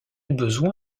besoin